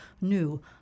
new